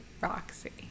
Roxy